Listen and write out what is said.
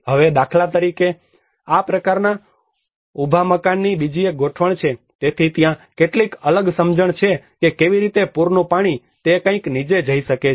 હવે દાખલા તરીકે આ પ્રકારના ઉભા મકાનની બીજી એક ગોઠવણ છે તેથી ત્યાં કેટલીક અલગ સમજણ છે કે કેવી રીતે પૂરનું પાણી તે કંઈક નીચે જઈ શકે છે